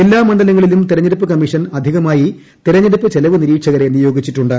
എല്ലാ മണ്ഡലങ്ങളിലും ത്തെരഞ്ഞെടുപ്പ് കമ്മീഷൻ അധികമായി തെരഞ്ഞെടുപ്പ് ർഷ്ട്ൽവ് നിരീക്ഷകരെ നിയോഗിച്ചിട്ടുണ്ട്